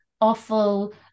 awful